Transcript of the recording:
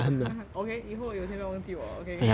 okay 以后有钱不要忘记我 okay